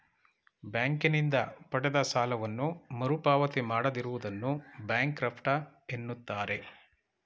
ಬ್ಯಾಂಕಿನಿಂದ ಪಡೆದ ಸಾಲವನ್ನು ಮರುಪಾವತಿ ಮಾಡದಿರುವುದನ್ನು ಬ್ಯಾಂಕ್ರಫ್ಟ ಎನ್ನುತ್ತಾರೆ